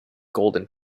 golden